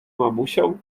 mamusią